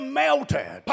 melted